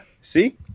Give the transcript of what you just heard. see